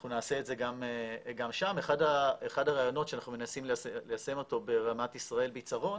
אחד הרעיונות שאנחנו מנסים ליישם אותו ברמת ישראל-בצרון,